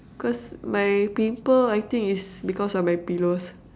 because my pimple I think is because of my pillows